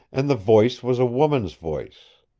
and the voice was a woman's voice!